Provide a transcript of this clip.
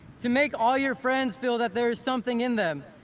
to make all your friends feel that there's something in them,